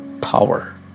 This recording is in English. power